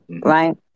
right